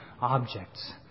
objects